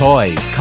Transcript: Toys